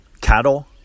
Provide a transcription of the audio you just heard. cattle